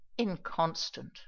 inconstant